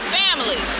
family